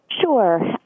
Sure